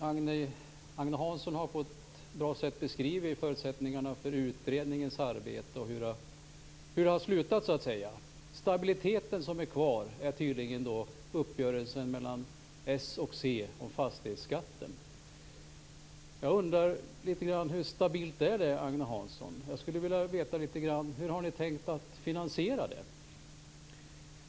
Fru talman! Agne Hansson har på ett bra sätt beskrivit förutsättningarna för utredningens arbete och för hur det har slutat. Stabiliteten som är kvar är tydligen uppgörelsen mellan s och c om fastighetsskatten. Jag undrar: Hur stabilt är det, Agne Hansson? Hur har ni tänkt er att finansiera sänkningen av fastighetsskatten?